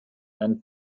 and